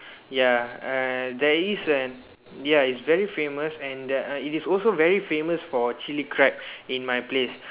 ya and there is an ya it's very famous and the it is also very famous for Chili crab in my place